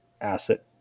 asset